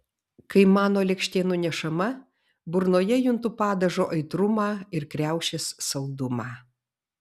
kai mano lėkštė nunešama burnoje juntu padažo aitrumą ir kriaušės saldumą